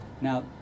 Now